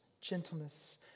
gentleness